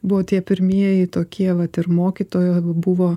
buvo tie pirmieji tokie vat ir mokytojo buvo